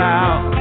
out